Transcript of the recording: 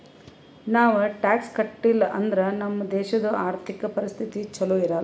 ನಾವ್ ಟ್ಯಾಕ್ಸ್ ಕಟ್ಟಿಲ್ ಅಂದುರ್ ನಮ್ ದೇಶದು ಆರ್ಥಿಕ ಪರಿಸ್ಥಿತಿ ಛಲೋ ಇರಲ್ಲ